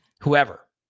whoever